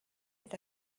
est